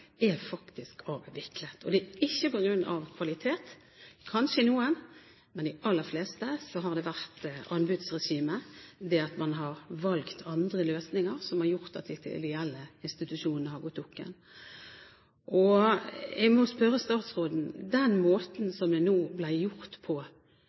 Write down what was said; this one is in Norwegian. er faktisk avviklet. Det er ikke på grunn av kvalitet. Det kan kanskje gjelde noen, men for de aller fleste har det vært anbudsregimet, det at man har valgt andre løsninger, som har gjort at de ideelle institusjonene har gått dukken. Jeg må spørre statsråden: Den måten som det ble gjort på